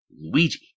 Luigi